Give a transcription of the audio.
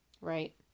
right